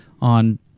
on